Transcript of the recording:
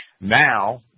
Now